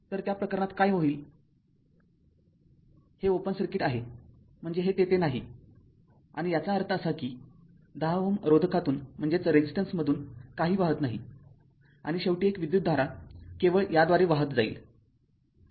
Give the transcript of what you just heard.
तर त्या प्रकरणात काय होईल हे ओपन सर्किट आहे म्हणजे हे तेथे नाही आणि याचा अर्थ असा की१० Ω रोधकातून काही वाहत नाही आणि शेवटी एक विद्युतधारा केवळ याद्वारे वाहत जाईल